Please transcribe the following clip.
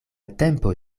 tempo